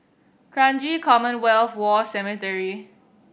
Kranji Commonwealth War Cemetery